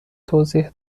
توضیح